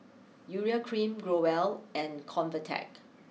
Urea cream Growell and ConvaTec